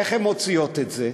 איך הן מוציאות את זה?